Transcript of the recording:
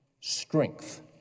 strength